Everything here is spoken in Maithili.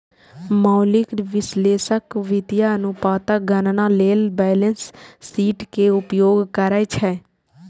मौलिक विश्लेषक वित्तीय अनुपातक गणना लेल बैलेंस शीट के उपयोग करै छै